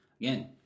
again